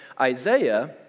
Isaiah